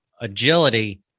agility